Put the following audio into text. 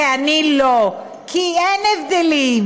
כי אני לא, כי אין הבדלים.